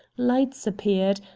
lights appeared,